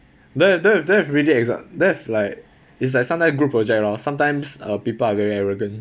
don't have don't have don't have really ex~ don't have like it's like sometime group project lor sometimes uh people are very arrogant